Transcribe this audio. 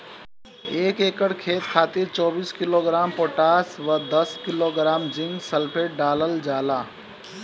एक एकड़ खेत खातिर चौबीस किलोग्राम पोटाश व दस किलोग्राम जिंक सल्फेट डालल जाला?